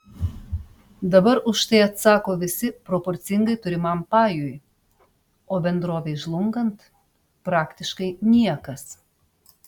dabar už tai atsako visi proporcingai turimam pajui o bendrovei žlungant praktiškai niekas